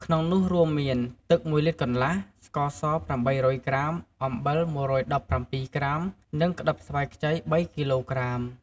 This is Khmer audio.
ក្នុងនោះរួមមាន ទឹក ១លីត្រកន្លះ ស្ករស ៨០០ក្រាម អំបិល ១១៧ ក្រាម និងក្ដិបស្វាយខ្ចី ៣គីឡូក្រាម។